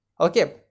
Okay